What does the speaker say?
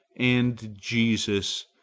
and jesus,